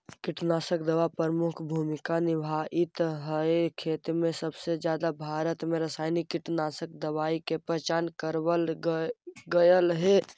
कीटनाशक दवाई प्रमुख भूमिका निभावाईत हई खेती में जबसे भारत में रसायनिक कीटनाशक दवाई के पहचान करावल गयल हे